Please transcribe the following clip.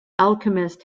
alchemist